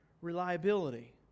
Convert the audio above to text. reliability